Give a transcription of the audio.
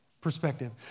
perspective